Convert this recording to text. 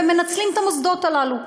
והם מנצלים את המוסדות הללו.